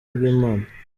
bw’imana